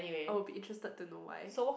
I will be interested to know why